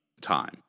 time